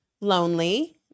lonely